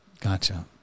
Gotcha